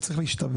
הוא צריך להשתבץ.